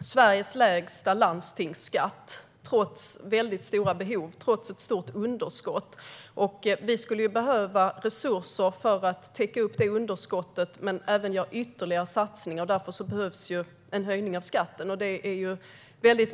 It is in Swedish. Sveriges lägsta landstingsskatt, trots stora behov och ett stort underskott. Vi skulle behöva resurser för att täcka upp underskottet och för att göra ytterligare satsningar, så därför behövs en höjning av skatten.